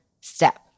step